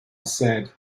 said